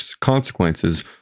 consequences